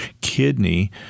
kidney